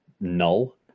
null